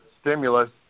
stimulus